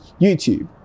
YouTube